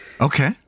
Okay